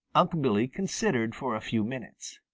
unc' billy considered for a few minutes.